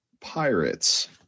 Pirates